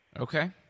Okay